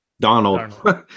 Donald